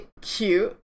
cute